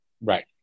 Right